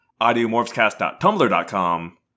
AudioMorphsCast.tumblr.com